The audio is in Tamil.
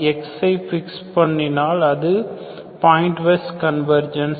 x ஐ பிக்ஸ் பண்ணினால் அது பாயிண்ட் வைஸ் கன்வர்ஜென்ஸ்